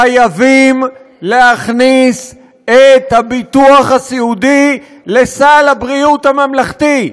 חייבים להכניס את הביטוח הסיעודי לסל הבריאות הממלכתי.